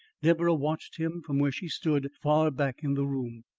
deborah watched him from where she stood far back in the room.